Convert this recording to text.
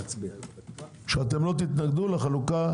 שלא תתנגדו לחלוקה,